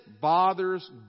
bothers